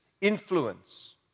influence